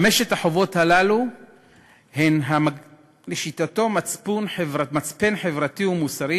חמשת החובות הללו הן לשיטתו מצפן חברתי ומוסרי